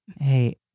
Hey